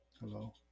hello